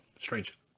strange